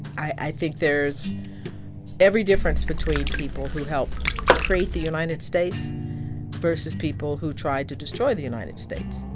i think there's every difference between people who helped to create the united states versus people who tried to destroy the united states.